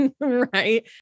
right